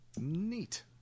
Neat